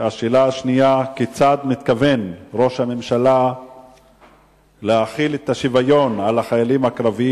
פורסמה תוכנית מענק בקרקע לבניית בית מגורים לכל חייל קרבי